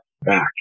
back